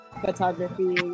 photography